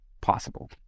possible